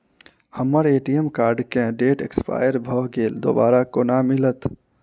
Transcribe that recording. हम्मर ATM card केँ date expire भऽ गेल दोबारा कोना मिलत?